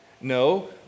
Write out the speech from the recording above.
No